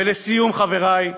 ולסיום, חברי,